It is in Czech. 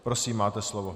Prosím, máte slovo.